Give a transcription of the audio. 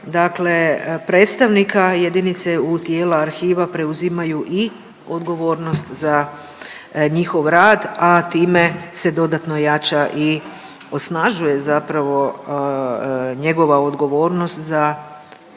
dakle predstavnika jedinice u tijela arhiva preuzimaju i odgovornost za njihov rad, a time se dodatno jača i osnažuje zapravo njegova odgovornost za